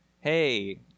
hey